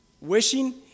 Wishing